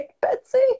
Betsy